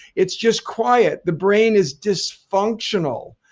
it's just quiet. the brain is dysfunctional.